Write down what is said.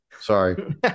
Sorry